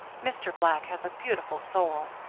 mr. black has a beautiful soul.